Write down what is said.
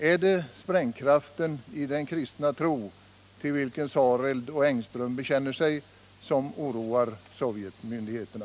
Är det sprängkraften i den kristna tro till vilken Sareld och Engström bekänner sig som oroar Sovjetmyndigheterna?